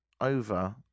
over